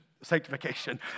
sanctification